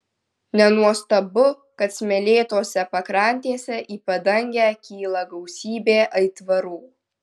nenuostabu kad smėlėtose pakrantėse į padangę kyla gausybė aitvarų